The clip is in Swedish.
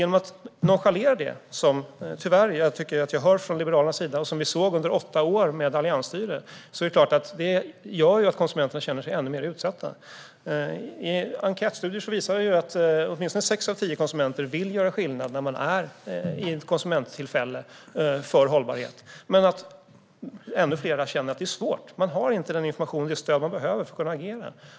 Nonchalerar man detta, vilket jag tyvärr tycker att Liberalerna gör - vi såg det även under Alliansens åtta år - känner sig konsumenterna ännu mer utsatta. Enkätstudier visar att åtminstone sex av tio konsumenter vill göra skillnad för hållbarhet när de befinner sig i ett konsumenttillfälle. Ännu fler känner att det är svårt. De har inte den information och det stöd de behöver för att kunna agera.